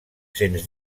sens